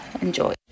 enjoy